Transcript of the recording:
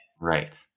Right